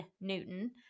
Newton